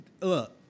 Look